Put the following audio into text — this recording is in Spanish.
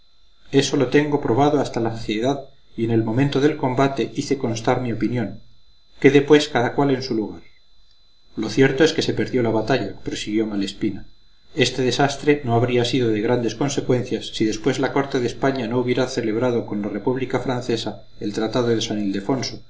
eso lo tengo probado hasta la saciedad y en el momento del combate hice constar mi opinión quede pues cada cual en su lugar lo cierto es que se perdió la batalla prosiguió malespina este desastre no habría sido de grandes consecuencias si después la corte de españa no hubiera celebrado con la república francesa el tratado de san